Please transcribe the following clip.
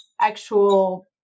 actual